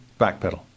backpedal